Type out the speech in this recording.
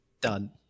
Done